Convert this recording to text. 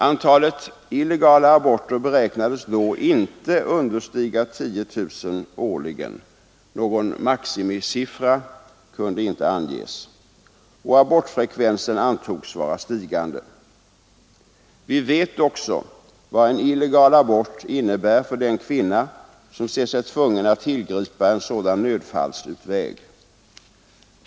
Antalet illegala aborter beräknades då inte understiga 10 000 årligen — någon maximisiffra kunde inte anges — och abortfrekvensen antogs vara stigande. Vi vet också vad en illegal abort innebär för den kvinna som ser sig tvungen att tillgripa en sådan nödfallsutväg.